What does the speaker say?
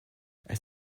elle